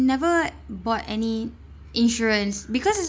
never bought any insurance because